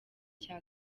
cya